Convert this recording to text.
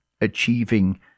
achieving